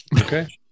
Okay